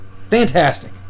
fantastic